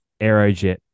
Aerojet